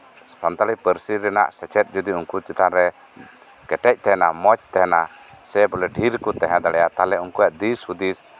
ᱥᱟᱱᱛᱟᱲᱤ ᱯᱟᱹᱨᱥᱤ ᱨᱮᱱᱟᱜ ᱥᱮᱪᱮᱫ ᱡᱚᱫᱤ ᱩᱱᱠᱩ ᱪᱮᱛᱟᱱᱨᱮ ᱠᱮᱴᱮᱡ ᱛᱟᱦᱮᱱᱟ ᱢᱚᱡᱽ ᱛᱟᱦᱮᱱᱟ ᱥᱮ ᱰᱷᱮᱨ ᱛᱟᱦᱮᱸ ᱫᱟᱲᱮᱭᱟᱜᱼᱟ ᱛᱟᱦᱚᱞᱮ ᱩᱱᱠᱩᱣᱟᱜ ᱫᱤᱥ ᱦᱩᱫᱤᱥ